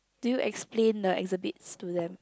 do you explain the exhibits to them